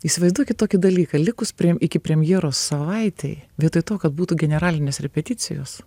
įsivaizduokit tokį dalyką likus prem iki premjero savaitei vietoj to kad būtų generalinės repeticijos